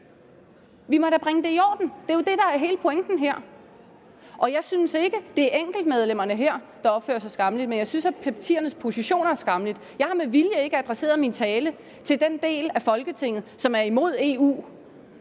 Vi må da bringe det i orden, og det er jo det, der er hele pointen her. Jeg synes ikke, at det er enkeltmedlemmerne her, der opfører sig skammeligt, men jeg synes, at partiernes positioner er skammelige. Jeg har med vilje ikke adresseret min tale til den del af Folketinget, som er imod EU,